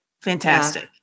Fantastic